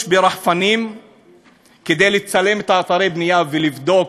ברחפנים כדי לצלם את אתרי הבנייה ולבדוק.